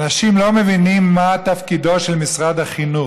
אנשים לא מבינים מה תפקידו של משרד החינוך,